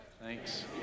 thanks